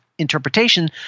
interpretation